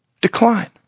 decline